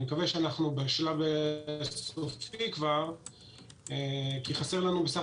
אני מקווה שאנחנו בשלב סופי כי חסר לנו בסך